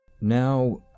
now